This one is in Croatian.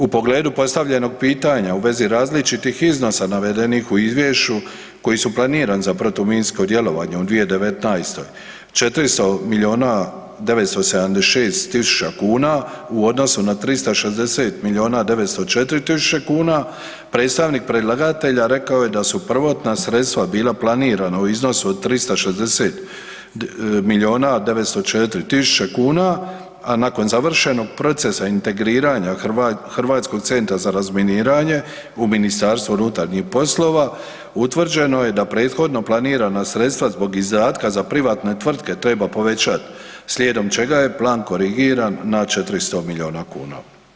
U pogledu postavljenih pitanja u vezi različitih iznosa navedenih u izvješću koji su planirani za protuminsko djelovanje u 2019.-toj 400 miliona 976 tisuća kuna u odnosu na 360 miliona 904 tisuće kuna predstavnik predlagatelja rekao je da su prvotna sredstva bila planirana u iznosu od 360 miliona 904 tisuće kuna, a nakon završenog procesa integriranja Hrvatskog centra za razminiranje u MUP-u utvrđeno je da prethodno planirana sredstva zbog izdatka za privatne tvrtke treba povećati slijedom čega je plan korigiran na 400 miliona kuna.